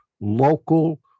local